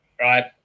right